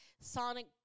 sonic